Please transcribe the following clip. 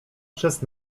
przez